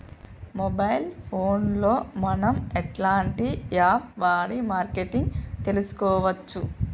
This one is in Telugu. మొబైల్ ఫోన్ లో మనం ఎలాంటి యాప్ వాడి మార్కెటింగ్ తెలుసుకోవచ్చు?